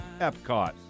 Epcot